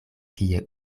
kie